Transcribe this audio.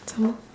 some more